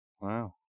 Wow